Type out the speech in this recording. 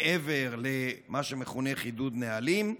מעבר למה שמכונה חידוד נהלים?